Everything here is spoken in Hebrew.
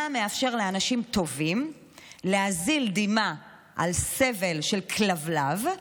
מה מאפשר לאנשים טובים להזיל דמעה על סבל של כלבלב,